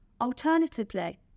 Alternatively